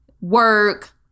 work